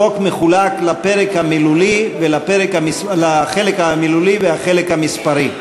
החוק מחולק לחלק מילולי ולחלק מספרי.